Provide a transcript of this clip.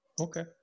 Okay